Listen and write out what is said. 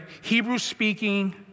Hebrew-speaking